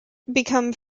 become